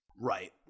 Right